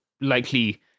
likely